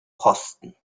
posten